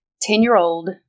Ten-year-old